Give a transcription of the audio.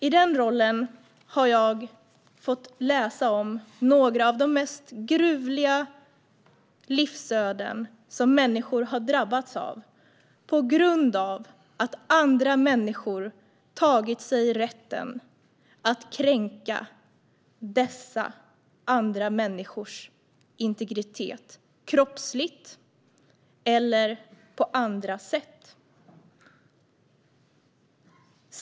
I den rollen har jag fått läsa om några av de mest gruvliga livsöden som människor har drabbats av på grund av att vissa har tagit sig rätten att kränka andra människors integritet, kroppsligt eller på andra sätt.